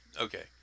Okay